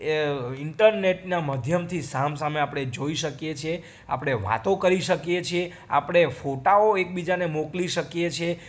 એ ઈન્ટરનેટના માધ્યમથી સામ સામે આપણે જોઈ શકીએ છીએ આપણે વાતો કરી શકીએ છીએ આપણે ફોટાઓ એકબીજાને મોકલી શકીએ છીએ